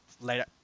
Later